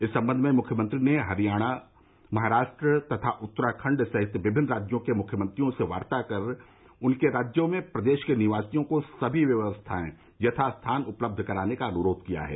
इस संबंध में मुख्यमंत्री ने महाराष्ट्र हरियाणा तथा उत्तराखंड सहित विभिन्न राज्यों के मुख्यमंत्रियों से वार्ता कर उनके राज्यों में प्रदेश के निवासियों को सभी व्यवस्थाएं यथास्थान उपलब्ध कराने का अनुरोध किया है